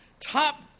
top